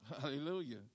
hallelujah